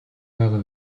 байгаа